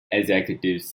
executives